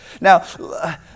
Now